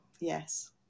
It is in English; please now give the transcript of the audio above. yes